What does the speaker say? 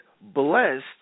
blessed